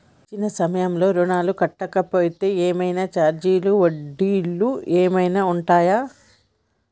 ఇచ్చిన సమయంలో ఋణం కట్టలేకపోతే ఏమైనా ఛార్జీలు వడ్డీలు ఏమైనా ఉంటయా?